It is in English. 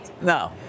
No